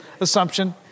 assumption